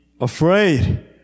afraid